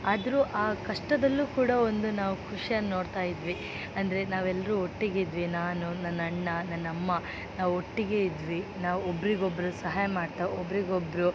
ಆದ್ರೂ ಆ ಕಷ್ಟದಲ್ಲೂ ಕೂಡ ಒಂದು ನಾವು ಖುಷಿಯನ್ನು ನೋಡ್ತಾಯಿದ್ವಿ ಅಂದರೆ ನಾವೆಲ್ರೂ ಒಟ್ಟಿಗಿದ್ವಿ ನಾನು ನನ್ನ ಅಣ್ಣ ನನ್ನ ಅಮ್ಮ ನಾವು ಒಟ್ಟಿಗೆ ಇದ್ವಿ ನಾವು ಒಬ್ಬರಿಗೊಬ್ರು ಸಹಾಯ ಮಾಡ್ತಾ ಒಬ್ಬರಿಗೊಬ್ರು